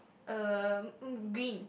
uh green